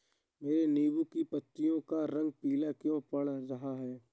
मेरे नींबू की पत्तियों का रंग पीला क्यो पड़ रहा है?